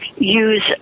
use